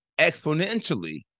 exponentially